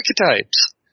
Archetypes